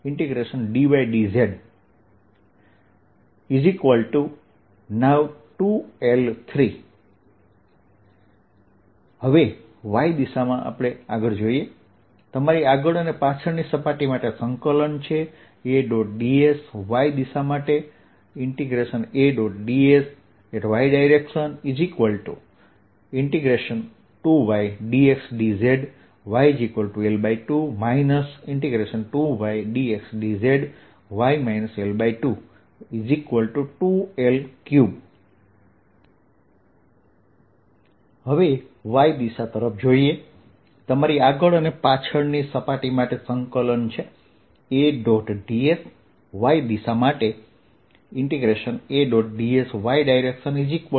ds2×L2dydz2 L2 1dydz2L3 હવે Y દિશા તરફ જોઈએ તમારી આગળ અને પાછળની સપાટી માટે સંકલન છે A